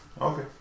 Okay